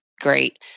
great